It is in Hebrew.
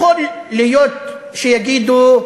יכול להיות שיגידו: